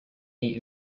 eight